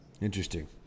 Interesting